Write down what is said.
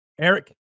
Eric